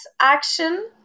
action